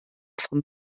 vom